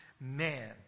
man